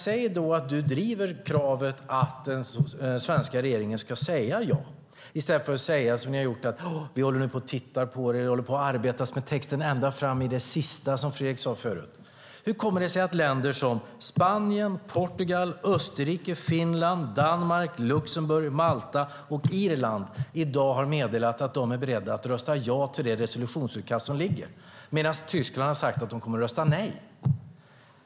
Säg då att man driver kravet att den svenska regeringen ska säga ja, i stället för att säga att man tittar på frågan och att man arbetar med texten ända fram i det sista. Hur kommer det sig att länder som Spanien, Portugal, Österrike, Finland, Danmark, Luxemburg, Malta och Irland i dag har meddelat att de är beredda att rösta ja till liggande resolutionsutkast medan Tyskland har sagt att de kommer att rösta nej?